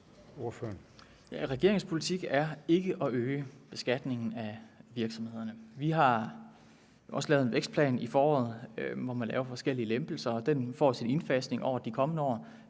Regeringens politik er ikke at øge beskatningen af virksomhederne. Vi har også lavet en vækstplan i foråret, hvor man laver forskellige lempelser, og den får sin indfasning over de kommende år.